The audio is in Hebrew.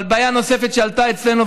אבל בעיה נוספת שעלתה אצלנו,